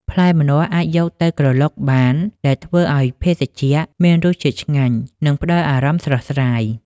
ផ្លែម្នាស់អាចយកទៅក្រឡុកបាន ដែលធ្វើឲ្យភេសជ្ជៈមានរសជាតិឆ្ងាញ់ និងផ្តល់អារម្មណ៍ស្រស់ស្រាយ។